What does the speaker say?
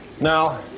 Now